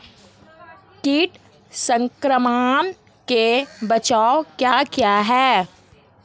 कीट संक्रमण के बचाव क्या क्या हैं?